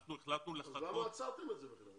אנחנו החלטנו לחכות --- אז למה עצרתם את זה בכלל?